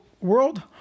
world